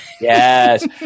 Yes